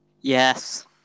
Yes